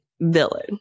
villain